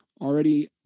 already